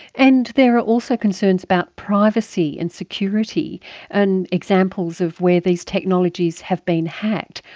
and there are also concerns about privacy and security and examples of where these technologies have been hacked.